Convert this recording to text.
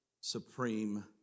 supreme